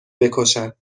بکشن